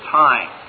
time